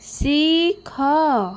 ଶିଖ